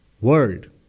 world